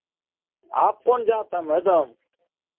आप कौन जात है मैडम